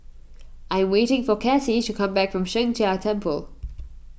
I am waiting for Kassie to come back from Sheng Jia Temple